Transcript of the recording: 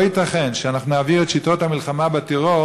לא ייתכן שאנחנו נעביר את שיטות המלחמה בטרור